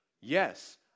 yes